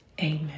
amen